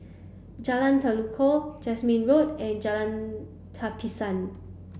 Jalan Tekukor Jasmine Road and Jalan Tapisan